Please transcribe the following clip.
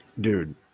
dude